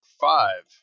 Five